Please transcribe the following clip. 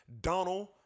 Donald